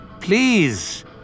Please